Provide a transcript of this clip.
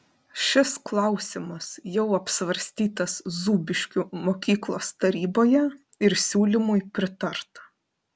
šis klausimas jau apsvarstytas zūbiškių mokyklos taryboje ir siūlymui pritarta